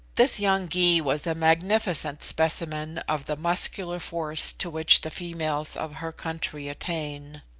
this young gy was a magnificent specimen of the muscular force to which the females of her country attain.